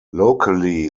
locally